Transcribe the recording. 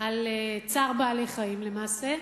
על צער בעלי-חיים למעשה.